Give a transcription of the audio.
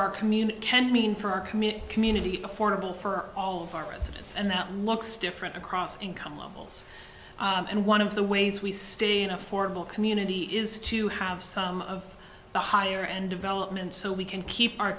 our community can mean for our community community affordable for all of our residents and that looks different across income levels and one of the ways we stay in affordable community is to have some of the higher end development so we can keep our